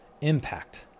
impact